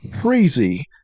crazy